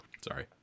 sorry